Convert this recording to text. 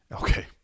Okay